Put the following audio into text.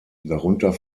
darunter